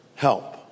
help